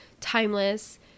timeless